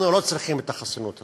אנחנו לא צריכים את החסינות הזאת.